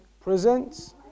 presents